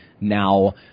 now